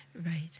Right